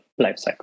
lifecycle